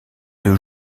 deux